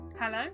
Hello